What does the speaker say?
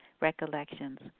Recollections